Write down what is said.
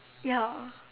ya